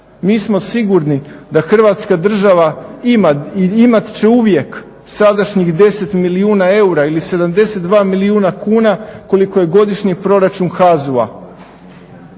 Mi smo sigurni da Hrvatska država ima i imat će uvijek sadašnjih 10 milijuna eura ili 72 milijuna kuna koliki je godišnji proračun HAZU-a.